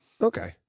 okay